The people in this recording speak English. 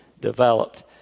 developed